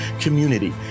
community